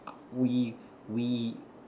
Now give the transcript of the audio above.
uh we we